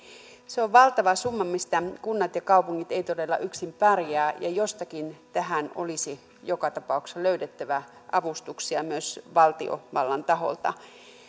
se on valtava summa missä kunnat ja kaupungit eivät todella yksin pärjää ja jostakin tähän olisi joka tapauksessa löydettävä avustuksia myös valtiovallan taholta